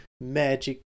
magic